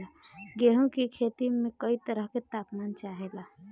गेहू की खेती में कयी तरह के ताप मान चाहे ला